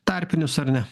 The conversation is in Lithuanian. tarpinius ar ne